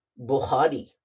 Bukhari